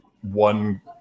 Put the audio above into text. one